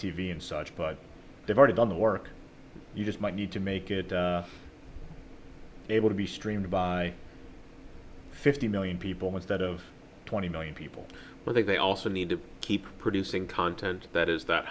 v and such but they've already done the work you just might need to make it able to be streamed by fifty million people instead of twenty million people where they also need to keep producing content that is that